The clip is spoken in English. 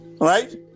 right